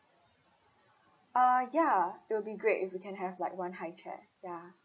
uh ya it will be great if we can have like one high chair ya